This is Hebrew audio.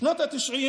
בשנות התשעים